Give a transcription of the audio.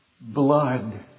blood